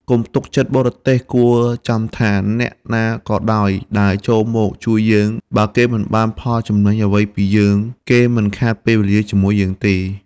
កុំទុកចិត្តបរទេសគួរចាំថា អ្នកណាក៏ដោយដែលចូលមកជួយយើង បើគេមិនបានផលចំណេញអ្វីពីយើង គេមិនខាតពេលវេលាជាមួយទេ។